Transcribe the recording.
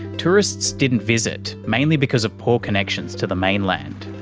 tourists didn't visit, mainly because of poor connections to the mainland.